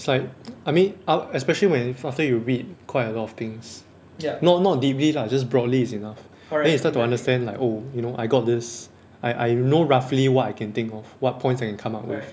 it's like I mean af~ especially when you after you read quite a lot of things not not deeply lah just broadly is enough then you start to understand like oh you know I got this I I know roughly what I can think of what points I can come up with